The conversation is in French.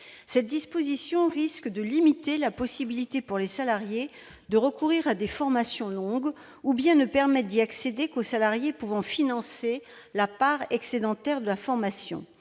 telle disposition risque de limiter la possibilité pour les salariés de recourir à des formations longues. Seuls les salariés pouvant financer la part excédentaire de la formation